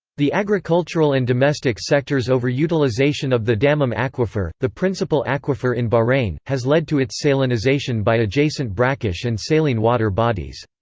the agricultural and domestic sectors' over-utilisation of the dammam aquifer, the principal aquifer in bahrain, has led to its salinisation by adjacent brackish and saline water bodies.